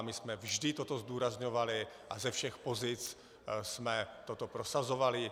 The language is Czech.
My jsme vždy toto zdůrazňovali a ze všech pozic jsme toto prosazovali.